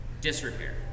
Disrepair